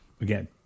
again